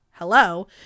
hello